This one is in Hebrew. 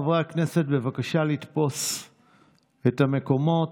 חברי הכנסת, בבקשה לתפוס את המקומות.